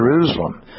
Jerusalem